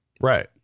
Right